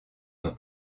nom